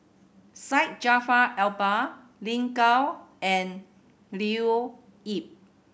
Syed Jaafar Albar Lin Gao and Leo Yip